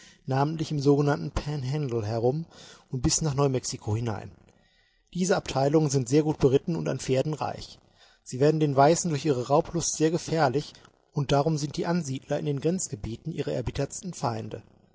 namentlich im sogenannten pan handle herum und bis nach neu mexiko hinein diese abteilungen sind sehr gut beritten und an pferden reich sie werden den weißen durch ihre raublust sehr gefährlich und darum sind die ansiedler in den grenzgebieten ihre erbittertsten feinde